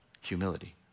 humility